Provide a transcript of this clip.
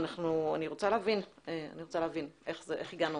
אני רוצה להבין איך הגענו